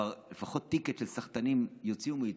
כבר לפחות טיקט של סחטנים יוציאו מאיתנו.